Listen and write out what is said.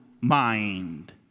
mind